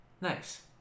Nice